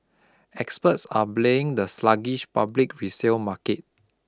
experts are blaming the sluggish public resale market